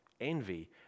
Envy